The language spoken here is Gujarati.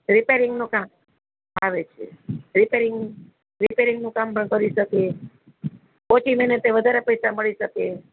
રેપરિંગનું કામ આવે છે રપેરીંગનું કામ પણ કરી શકે ઓછી મહેનતે વધારે પૈસા મળી શકે